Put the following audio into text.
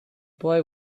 boy